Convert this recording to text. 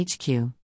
HQ